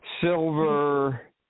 silver